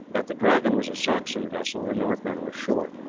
that the dragon was a saxon vessel the northmen were sure.